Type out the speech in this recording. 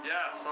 Yes